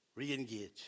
re-engage